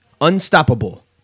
Unstoppable